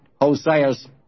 Hosea's